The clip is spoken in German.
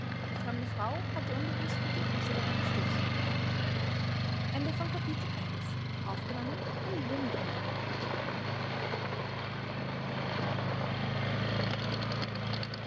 die fremde frau hatte unbewußt mit dem fuße daran gestoßen